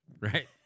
Right